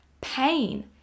Pain